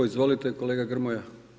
Izvolite kolega Grmoja.